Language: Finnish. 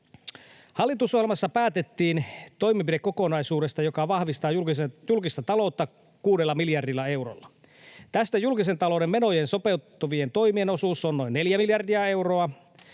Hallitusohjelmassa päätettiin toimenpidekokonaisuudesta, joka vahvistaa julkista taloutta kuudella miljardilla eurolla. Tästä julkisen talouden menoja sopeuttavien toimien osuus on noin neljä miljardia euroa